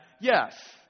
Yes